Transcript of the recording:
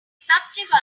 subdivide